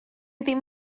ddim